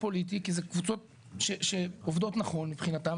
פוליטי כי אלה קבוצות שעובדות נכון מבחינתן,